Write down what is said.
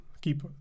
keep